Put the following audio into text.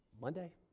Monday